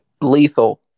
Lethal